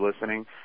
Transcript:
listening